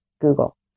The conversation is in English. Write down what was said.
Google